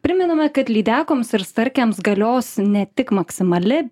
primename kad lydekoms ir starkiams galios ne tik maksimali